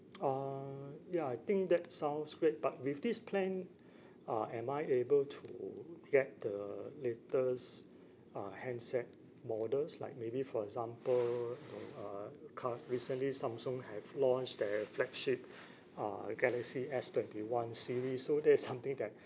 uh ya I think that sounds great but with this plan uh am I able to get the latest uh handset models like maybe for example the uh cur~ recently samsung have launch their flagship uh galaxy S twenty one series so that is something that